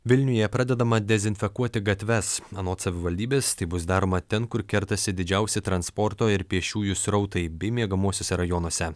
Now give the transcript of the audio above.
vilniuje pradedama dezinfekuoti gatves anot savivaldybės tai bus daroma ten kur kertasi didžiausi transporto ir pėsčiųjų srautai bei miegamuosiuose rajonuose